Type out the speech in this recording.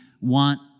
want